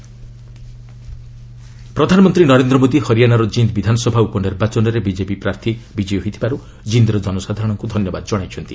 PM Jind ପ୍ରଧାନମନ୍ତ୍ରୀ ନରେନ୍ଦ୍ର ମୋଦି ହରିଆନାର କିନ୍ଦ୍ ବିଧାନସଭା ଉପନିର୍ବାଚନରେ ବିଜେପି ପ୍ରାର୍ଥୀ ବିଜୟୀ ହୋଇଥିବାର୍ ଜିନ୍ଦ୍ର ଜନସାଧାରଣଙ୍କୁ ଧନ୍ୟବାଦ ଜଣାଇଛନ୍ତି